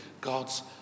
God's